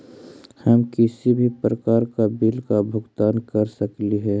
हम किसी भी प्रकार का बिल का भुगतान कर सकली हे?